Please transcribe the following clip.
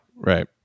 Right